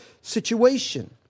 situation